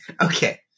Okay